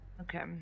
Okay